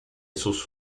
sus